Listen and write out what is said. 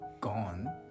gone